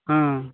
ହଁ